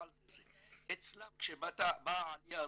כשבאה העלייה הרוסית,